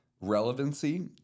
relevancy